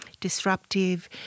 disruptive